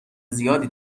زیادی